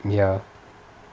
ya